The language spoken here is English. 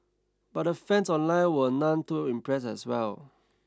but the fans online were none too impressed as well